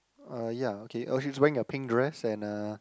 uh ya okay oh she's wearing a pink dress and a